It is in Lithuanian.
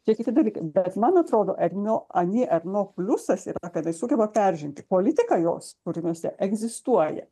tie kiti dalykai bet man atrodo ernio ani erno pliusas yra kad tai sugeba peržengti politiką jos kūriniuose egzistuoja